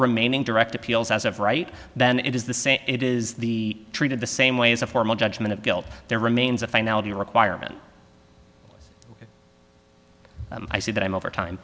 remaining direct appeals as of right then it is the same it is the treated the same way as a formal judgment of guilt there remains a finality requirement i see that i'm over time